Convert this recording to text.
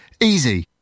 easy